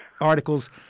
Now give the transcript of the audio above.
Articles